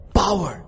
power